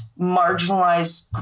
marginalized